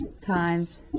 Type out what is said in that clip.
times